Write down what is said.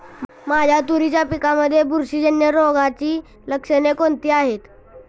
माझ्या तुरीच्या पिकामध्ये बुरशीजन्य रोगाची लक्षणे कोणती आहेत?